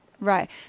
Right